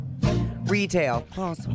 Retail